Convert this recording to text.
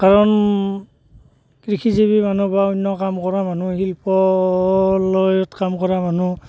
কাৰণ কৃষিজীৱী মানুহ বা অন্যান্য কাম কৰা মানুহ শিল্পলয়ত কাম কৰা মানুহ